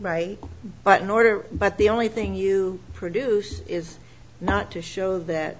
right but in order but the only thing you produce is not to show that